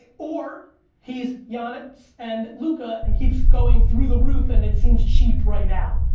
or he's yon-itz and luka and keeps going through the roof and it seems cheap right now.